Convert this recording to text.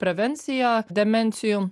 prevencija demencijų